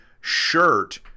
shirt